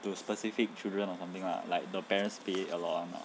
to specific children or something lah like the parents pay a lot [one] lah